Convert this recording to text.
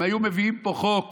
אם היו מביאים לפה חוק